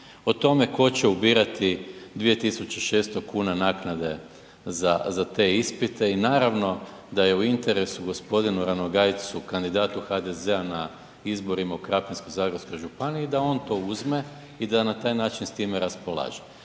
o tome tko će ubirati 2600 kuna naknade za te ispite i naravno da je u interesu gospodinu Ranogajcu, kandidatu HDZ-a na izborima u Krapinsko-zagorskoj županiji da on to uzme i da na taj način s time raspolaže.